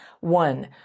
One